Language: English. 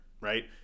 right